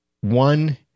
One